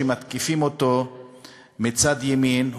שמתקיפים אותו מצד ימין,